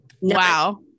Wow